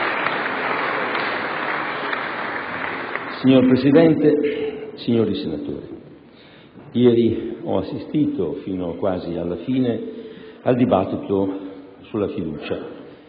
Signor Presidente, signori senatori, ieri ho assistito fin quasi alla fine al dibattito sulla fiducia.